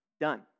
done